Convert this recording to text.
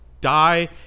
die